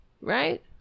right